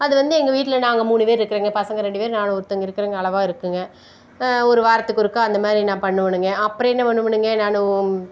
அது வந்து எங்கள் வீட்டில நாங்கள் மூணு பேர் இருக்குறேங்க பசங்கள் ரெண்டு பேர் நாங்கள் ஒருத்தவங்க இருக்குறேங்க அளவாக இருக்குங்க ஒரு வாரத்துக்கு ஒருக்கா அந்தமாதிரி நான் பண்ணுவேனுங்க அப்புறம் என்ன பண்ணமுடியுங்கள் நான்